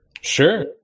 Sure